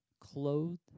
clothed